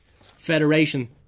federation